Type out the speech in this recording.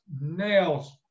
nails